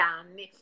anni